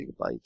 gigabytes